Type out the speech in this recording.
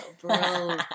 Bro